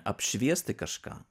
apšviesti kažką